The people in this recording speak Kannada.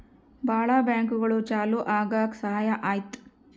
ಭಾಳ ಬ್ಯಾಂಕ್ಗಳು ಚಾಲೂ ಆಗಕ್ ಸಹಾಯ ಆಯ್ತು